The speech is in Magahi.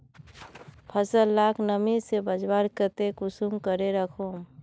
फसल लाक नमी से बचवार केते कुंसम करे राखुम?